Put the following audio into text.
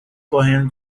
correndo